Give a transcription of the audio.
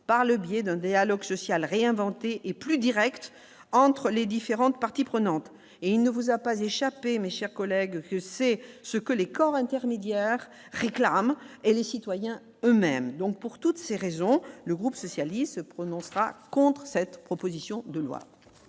par le biais d'un dialogue social réinventer et plus Direct entre les différentes parties prenantes et il ne vous a pas échappé, mes chers collègues, c'est ce que les corps intermédiaires réclament et les citoyens eux-mêmes, donc pour toutes ces raisons, le groupe socialiste se prononcera contre cette proposition de loi.